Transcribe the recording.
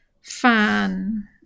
fan